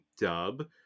dub